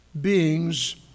beings